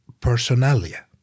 Personalia